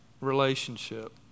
relationship